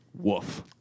woof